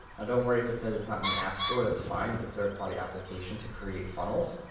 and don't worry if it says it's not in the app store, that's fine. it's a third party application to create funnels,